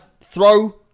throw